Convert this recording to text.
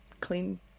clean